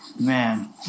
man